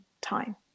time